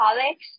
colleagues